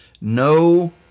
No